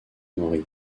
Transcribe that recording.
mori